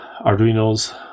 Arduinos